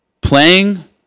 playing